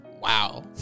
Wow